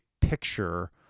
picture